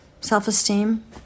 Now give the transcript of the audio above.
self-esteem